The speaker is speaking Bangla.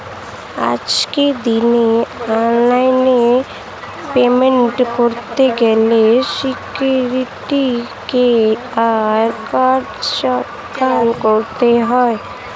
আজকের দিনে অনলাইনে পেমেন্ট করতে গেলে সিকিউরিটি কিউ.আর কোড স্ক্যান করতে হয়